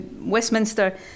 westminster